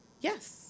Yes